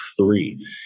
three